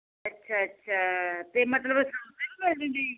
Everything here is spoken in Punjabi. ਅੱਛਾ ਅੱਛਾ ਅਤੇ ਮਤਲਬ